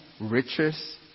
riches